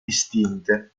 distinte